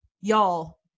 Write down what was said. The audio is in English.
y'all